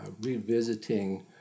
revisiting